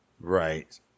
Right